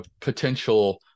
potential